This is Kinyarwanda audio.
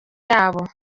yabo